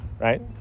right